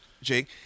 Jake